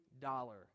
dollar